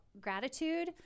gratitude